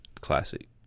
classic